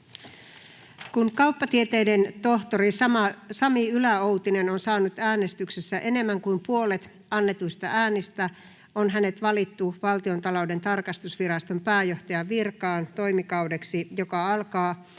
Kun kauppatieteiden tohtori Sami Yläoutinen on saanut äänestyksessä enemmän kuin puolet annetuista äänistä, on hänet valittu Valtiontalouden tarkastusviraston pääjohtajan virkaan toimikaudeksi, joka alkaa